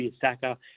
Saka